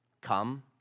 Come